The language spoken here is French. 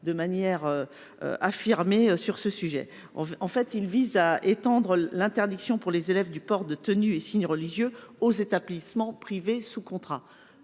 sa conviction sur ce sujet. Son amendement vise à étendre l’interdiction pour les élèves du port de tenues et de signes religieux aux établissements privés sous contrat.